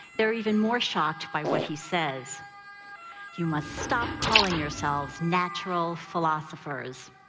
they're even more shocked by what he says you must stop calling yourselves natural philosophers.